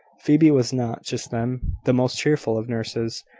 phoebe was not, just then, the most cheerful of nurses,